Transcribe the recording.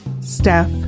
Steph